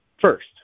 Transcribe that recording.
first